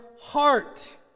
heart